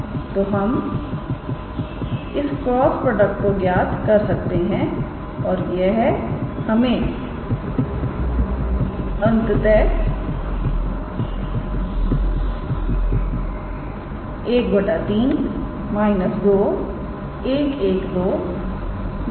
तो हम इस क्रॉस प्रोडक्ट को ज्ञात कर सकते हैं और यह हमें अंततः 1 3 −212 देगी